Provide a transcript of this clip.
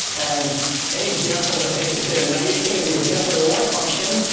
and any guess of the naive things you guess a reward function,